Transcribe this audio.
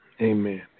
Amen